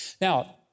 Now